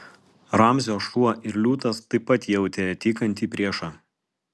ramzio šuo ir liūtas taip pat jautė tykantį priešą